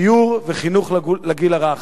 דיור וחינוך לגיל הרך.